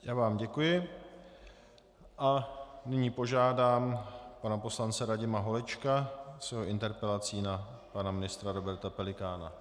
Já vám děkuji a nyní požádám pana poslance Radima Holečka s jeho interpelací na pana ministra Roberta Pelikána.